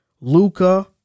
Luca